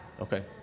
Okay